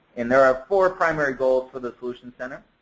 and there are four primary goals for the solutions center.